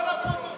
אבל לא לפרוטוקול.